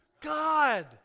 God